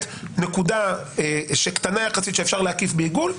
נקודה קטנה יחסית שאפשר להקיף בעיגול.